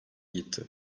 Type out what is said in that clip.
gitti